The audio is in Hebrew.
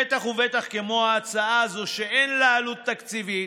בטח ובטח כמו ההצעה הזאת, שאין לה עלות תקציבית,